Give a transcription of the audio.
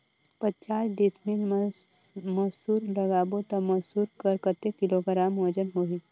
पचास डिसमिल मा मसुर लगाबो ता मसुर कर कतेक किलोग्राम वजन होही?